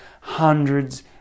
hundreds